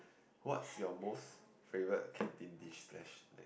what is your most favourite canteen dish slash